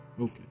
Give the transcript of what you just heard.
Okay